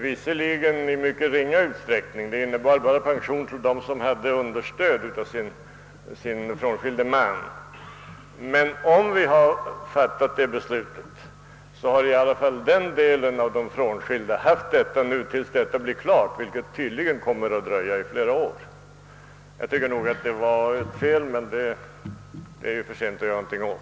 Detta sträckte sig inte så långt, det innebar bara pensioner till dem som hade understöd från sina frånskilda män. Om vi den gången hade antagit detta förslag, hade i alla fall den delen av de frånskilda haft denna förmån tills det hela är klart, vilket torde komma att dröja flera år. Detta var enligt min mening ett fel, som det nu är för sent att göra någonting åt.